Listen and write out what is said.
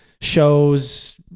shows